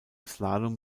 slalom